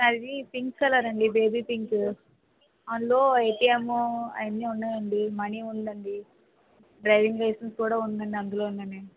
అది pink colour అండీ baby pink అందులో ఏటిఏం అవన్నీ ఉన్నాయండీ మనీ ఉందండీ డ్రైవింగ్ లైసెన్స్ కూడా ఉందండీ అందులోనే